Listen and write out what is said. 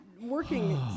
working